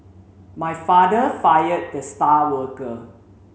my father fired the star worker